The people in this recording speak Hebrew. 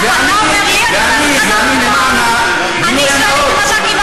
אני שאלתי אם אתה קיבלת,